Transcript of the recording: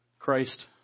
Christ